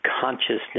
consciousness